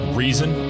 reason